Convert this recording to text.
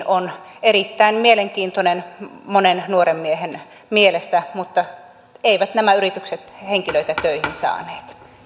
on erittäin mielenkiintoinen monen nuoren miehen mielestä mutta eivät nämä yritykset henkilöitä töihin saaneet